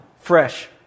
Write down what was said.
fresh